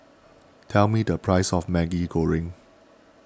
tell me the price of Maggi Goreng